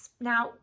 Now